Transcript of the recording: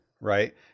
right